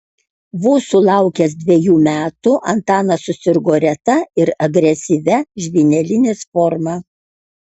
vos sulaukęs dvejų metų antanas susirgo reta ir agresyvia žvynelinės forma